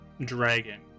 dragon